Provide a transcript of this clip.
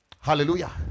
Hallelujah